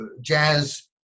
jazz